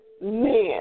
men